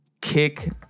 Kick